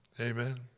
Amen